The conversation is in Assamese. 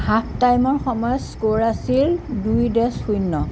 হাফ টাইমৰ সময়ত স্ক'ৰ আছিল দুই দেছ শূণ্য